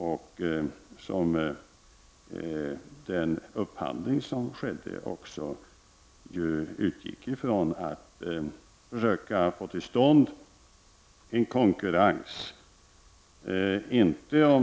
Vidare syftade den upphandling som skedde till att försöka få till stånd en konkurrens, inte